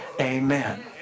Amen